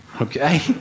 okay